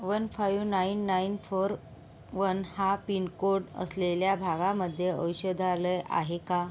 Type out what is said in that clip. one five nine nine four one हा pincode असलेल्या भागामध्ये औषधालय आहे का